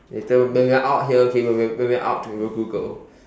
later when we are out here okay when we are when we are out we will Google